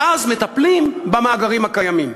ואז מטפלים במאגרים הקיימים.